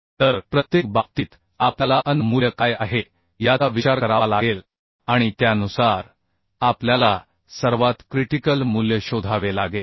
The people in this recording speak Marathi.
तर प्रत्येक बाबतीत आपल्याला an मूल्य काय आहे याचा विचार करावा लागेल आणि त्यानुसार आपल्याला सर्वात क्रिटिकल मूल्य शोधावे लागेल